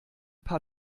paar